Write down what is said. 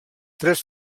tres